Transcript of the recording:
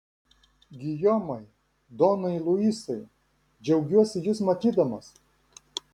gijomai donai luisai džiaugiuosi jus matydamas